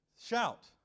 Shout